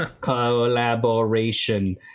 Collaboration